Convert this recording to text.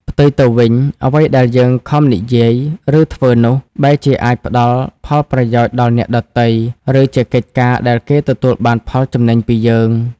ផ្ទុយទៅវិញ អ្វីដែលយើងខំនិយាយ ឬធ្វើនោះ បែរជាអាចផ្ដល់ផលប្រយោជន៍ដល់អ្នកដទៃ ឬជាកិច្ចការដែលគេទទួលបានផលចំណេញពីយើង។